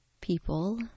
people